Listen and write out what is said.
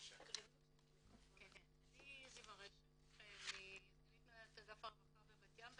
אני סגנית מנהלת אגף הרווחה בבת-ים.